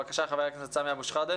חבר הכנסת סמי אבו שחאדה.